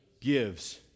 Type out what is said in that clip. Gives